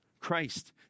Christ